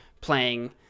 playing